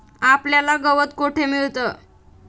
आपल्याला गवत कुठे मिळतं?